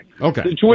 Okay